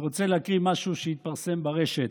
אני רוצה להקריא משהו שהתפרסם ברשת,